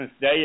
Day